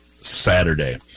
Saturday